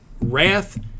wrath